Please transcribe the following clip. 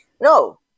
No